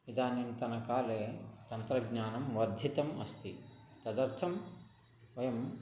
इदानीन्तनकाले तन्त्रज्ञानं वर्धितम् अस्ति तदर्थं वयम्